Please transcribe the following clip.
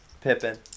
Pippin